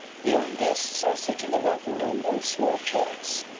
the young guests are sitting about the room on small chairs.